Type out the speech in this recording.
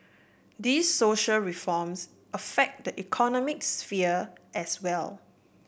these social reforms affect the economic sphere as well